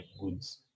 goods